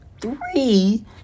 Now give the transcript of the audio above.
Three